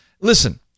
Listen